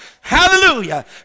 Hallelujah